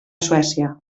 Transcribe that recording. suècia